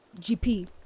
GP